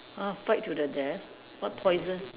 ah fight to death what poison